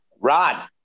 Rod